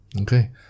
Okay